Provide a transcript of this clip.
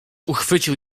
uchwycił